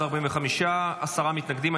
45, עשרה מתנגדים.